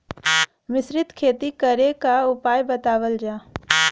मिश्रित खेती करे क उपाय बतावल जा?